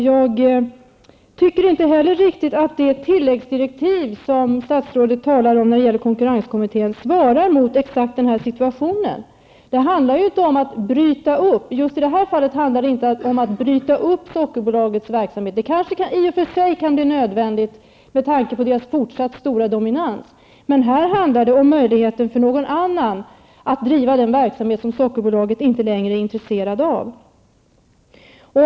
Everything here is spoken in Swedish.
Jag tycker inte heller att det är riktigt att de tilläggsdirektiv till konkurrenskommittén som statsrådet talar om svarar mot just den här situationen. Det handlar ju i det här fallet inte om att bryta upp Sockerbolagets verksamhet. Det kanske i och för sig kan bli nödvändigt med tanke på dess fortsatt stora dominans, men här handlar det om möjligheten för någon annan att bedriva den verksamhet som Sockerbolaget inte längre är intresserat av.